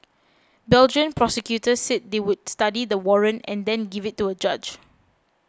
Belgian prosecutors said they would study the warrant and then give it to a judge